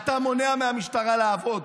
אתה מונע מהמשטרה לעבוד.